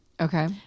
Okay